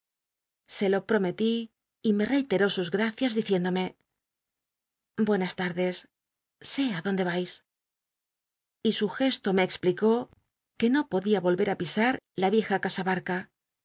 se lo prometí y me reiteró sus gracias diciéndome buenas tardes sé á dónde vais y su gesto me explicó que no podía volver á pisat la vieja casa barca